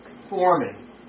forming